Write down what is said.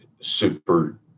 super